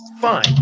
fine